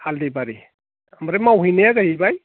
हाल्दिबारि ओमफ्राय मावहैनाया जाहैबाय